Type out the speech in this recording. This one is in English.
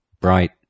bright